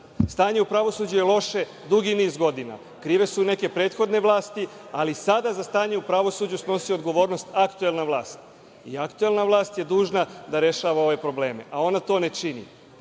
u pravosuđu je loše dugi niz godina. Krive su neke prethodne vlasti, ali sada za stanje u pravosuđu snosi odgovornost aktuelna vlasti i aktuelna vlast je dužna da rešava ove probleme, a ona to ne